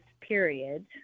period